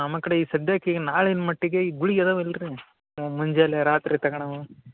ಮತ್ತು ಕಡಿಗೆ ಈಗ ಸದ್ಯಕ್ಕೆ ಈಗ ನಾಳಿನ ಮಟ್ಟಿಗೆ ಈ ಗುಳ್ಗಿ ಅದಾವ ಇಲ್ರಿ ಮುಂಜಾಲೆ ರಾತ್ರಿ ತಗಣವು